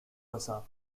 versa